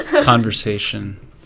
conversation